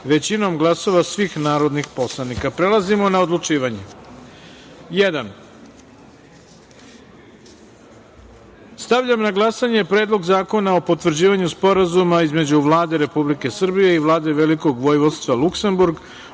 većinom glasova svih narodnih poslanika. Prelazimo na odlučivanje. Prva tačka dnevnog reda. Stavljam na glasanje Predlog zakona o potvrđivanju Sporazuma između Vlade Republike Srbije i Vlade Velikog Vojvodska Luksemburga